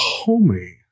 Homie